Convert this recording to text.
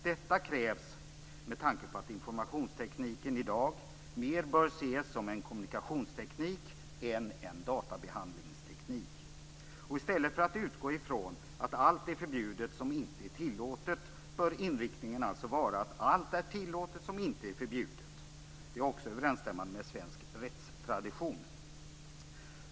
Detta krävs med tanke på att informationstekniken i dag mer bör ses som en kommunikationsteknik än en databehandlingsteknik. I stället för att utgå ifrån att allt är förbjudet som inte är tillåtet bör inriktningen alltså vara att allt är tillåtet som inte är förbjudet. Det är också överensstämmande med svensk rättstradition.